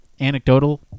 anecdotal